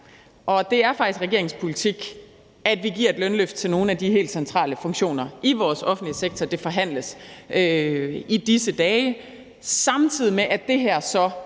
Det er faktisk regeringens politik, at vi giver et lønløft til nogle af dem med helt centrale funktioner i vores offentlige sektor – det forhandles i disse dage – samtidig med at det her så